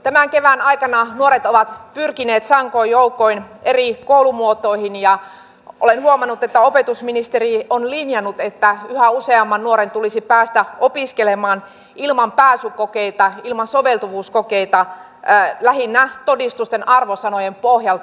tämän kevään aikana nuoret ovat pyrkineet sankoin joukoin eri koulumuotoihin ja olen huomannut että opetusministeri on linjannut että yhä useamman nuoren tulisi päästä opiskelemaan ilman pääsykokeita ilman soveltuvuuskokeita lähinnä todistusten arvosanojen pohjalta